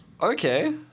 Okay